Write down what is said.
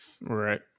Right